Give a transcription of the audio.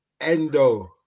Endo